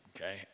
okay